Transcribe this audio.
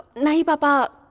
know. but